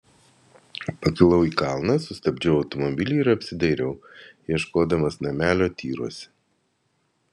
pakilau į kalną sustabdžiau automobilį ir apsidairiau ieškodamas namelio tyruose